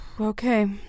Okay